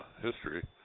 history